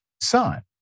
son